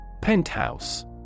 Penthouse